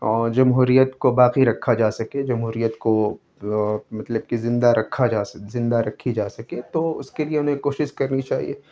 جمہوریت کو باقی رکھا جا سکے جمہوریت کو مطلب کہ زندہ رکھا جا زندہ رکھی جا سکے تو اس کے لیے انہیں کوشش کرنی چاہیے